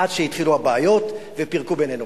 עד שהתחילו הבעיות ופירקו בינינו.